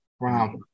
Wow